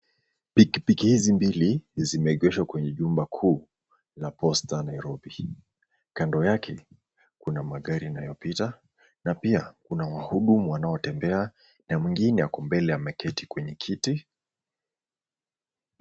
Pikipiki hizi mbili zimeegeshwa kwenye jumba kuu la posta ya Nairobi. Kando yake kuna magari yanayopita na pia kuna wahudumu wanaotembea na mwingine ako mbele ameketi kwenye kiti.